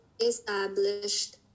established